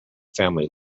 family